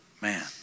man